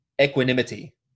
equanimity